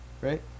right